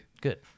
Good